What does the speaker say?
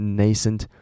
nascent